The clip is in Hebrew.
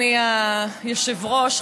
אדוני היושב-ראש,